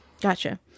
Gotcha